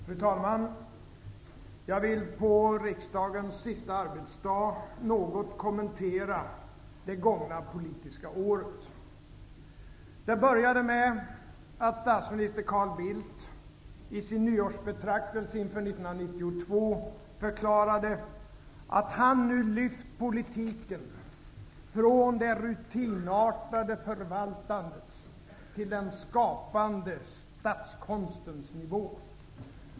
Fru talman! Jag vill på riksdagens sista arbetsdag något kommentera det gångna politiska året. Det började med att statsminister Carl Bildt i sin nyårsbetraktelse inför 1992 förklarade att han nu hade lyft politiken från ''det rutinartade förvaltandets till den skapande statskonstens nivå''.